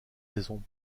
maison